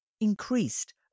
increased